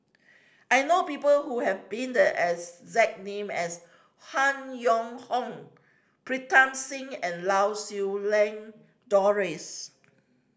I know people who have been the exact name as Han Yong Hong Pritam Singh and Lau Siew Lang Doris